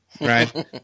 right